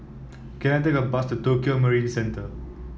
can I take a bus to Tokio Marine Centre